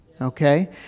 okay